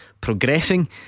progressing